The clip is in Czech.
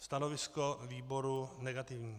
Stanovisko výboru negativní.